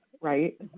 right